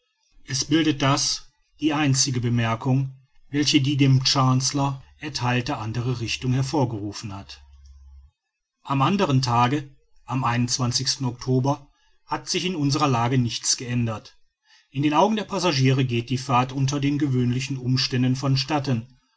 es bildet das die einzige bemerkung welche die dem chancellor ertheilte andere richtung hervorgerufen hat am anderen tage am october hat sich in unserer lage nichts geändert in den augen der passagiere geht die fahrt unter den gewöhnlichen umständen von statten